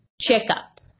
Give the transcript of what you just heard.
checkup